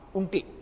unti